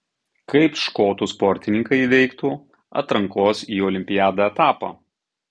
kaip škotų sportininkai įveiktų atrankos į olimpiadą etapą